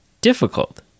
difficult